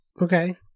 Okay